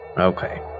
Okay